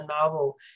novel